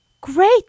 Great